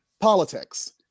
politics